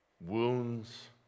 wounds